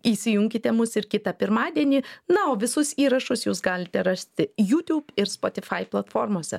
įsijunkite mus ir kitą pirmadienį na o visus įrašus jūs galite rasti jutiūb ir spotyfai platformose